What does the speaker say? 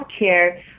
healthcare